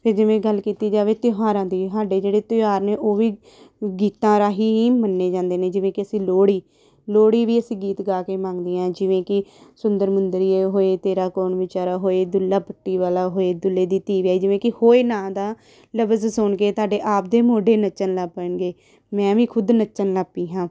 ਫਿਰ ਜਿਵੇਂ ਗੱਲ ਕੀਤੀ ਜਾਵੇ ਤਿਉਹਾਰਾਂ ਦੀ ਸਾਡੇ ਜਿਹੜੇ ਤਿਉਹਾਰ ਨੇ ਉਹ ਵੀ ਗੀਤਾਂ ਰਾਹੀਂ ਹੀ ਮੰਨੇ ਜਾਂਦੇ ਨੇ ਜਿਵੇਂ ਕਿ ਅਸੀਂ ਲੋਹੜੀ ਲੋਹੜੀ ਵੀ ਅਸੀਂ ਗੀਤ ਗਾ ਕੇ ਮੰਗਦੇ ਹਾਂ ਜਿਵੇਂ ਕਿ ਸੁੰਦਰ ਮੁੰਦਰੀਏ ਹੋਏ ਤੇਰਾ ਕੌਣ ਵਿਚਾਰਾ ਹੋਏ ਦੁੱਲਾ ਭੱਟੀ ਵਾਲਾ ਹੋਏ ਦੁੱਲੇ ਦੀ ਧੀ ਵਿਆਹੀ ਜਿਵੇਂ ਕਿ ਹੋਏ ਨਾਂ ਦਾ ਲਫਜ਼ ਸੁਣ ਕੇ ਤੁਹਾਡੇ ਆਪਦੇ ਮੋਢੇ ਨੱਚਣ ਲੱਗ ਪੈਣਗੇ ਮੈਂ ਵੀ ਖੁਦ ਨੱਚਣ ਲੱਗ ਪਈ ਹਾਂ